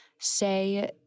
say